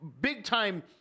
big-time –